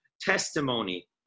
testimony